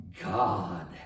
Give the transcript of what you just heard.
God